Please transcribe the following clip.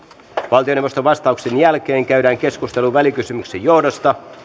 valtioneuvoston vastauksen jälkeen käydään keskustelu välikysymyksen johdosta